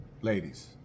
Ladies